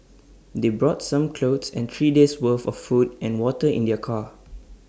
they brought some clothes and three days' worth of food and water in their car